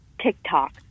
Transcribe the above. TikTok